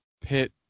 pit